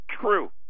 true